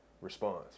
response